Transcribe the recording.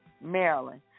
Maryland